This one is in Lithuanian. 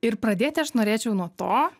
ir pradėti aš norėčiau nuo to